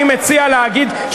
אני מציע להגיד,